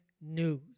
news